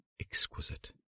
exquisite